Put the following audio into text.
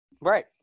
right